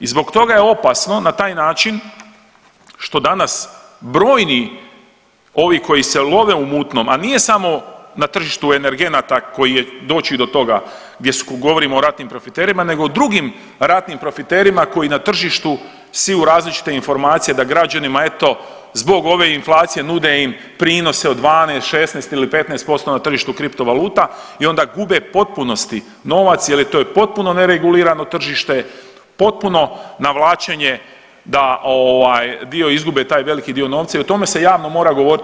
I zbog toga je opasno na taj način što danas brojni ovi koji se love u mutnom, a nije samo na tržištu energenata koji je doći do toga gdje govorimo o ratnim profiterima nego o drugim ratnim profiterima koji na tržištu siju različite informacije da građanima eto zbog ove inflacije nude im prinose od 12, 16 ili 15% na tržištu kripto valuta i onda gube u potpunosti novac jel je to potpuno neregulirano tržište, potpuno navlačenje da dio izgubi taj veliki dio novca i o tome se javno mora govoriti.